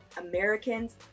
Americans